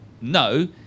no